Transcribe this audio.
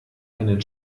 einen